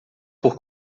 por